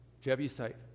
Jebusite